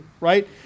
right